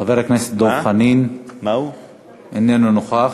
חבר הכנסת דב חנין איננו נוכח.